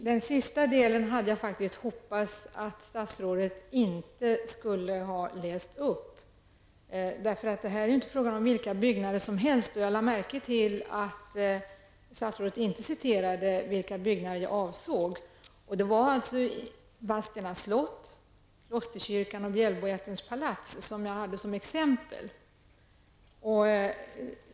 Herr talman! Jag hade faktiskt hoppats att statsrådet inte skulle läsa upp den sista delen av svaret eftersom det här inte är fråga om vilka byggnader som helst. Jag lade märke till att statsrådet inte citerade vilka byggnader jag avsåg. Det var Vadstena slott, Klosterkyrkan och Bjälboättens palats som jag hade som exempel.